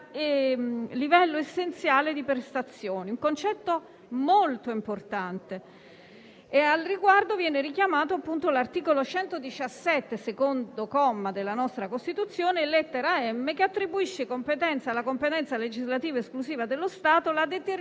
livello essenziale di prestazioni ed è un concetto molto importante. Al riguardo, viene richiamato l'articolo 117, comma 2, lettera *m)*, della nostra Costituzione, che attribuisce alla competenza legislativa esclusiva dello Stato la determinazione